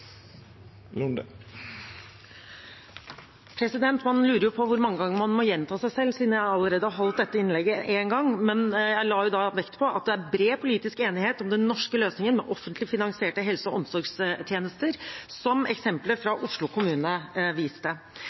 Man lurer jo på hvor mange ganger man må gjenta seg selv, siden jeg allerede har holdt dette innlegget én gang, men jeg la da vekt på at det er bred politisk enighet om den norske løsningen med offentlig finansierte helse- og omsorgstjenester, som eksempelet fra Oslo kommune viste.